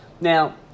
Now